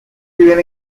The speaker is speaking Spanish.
viven